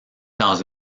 dans